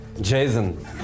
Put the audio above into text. Jason